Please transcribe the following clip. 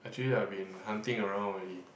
actually I've been hunting around already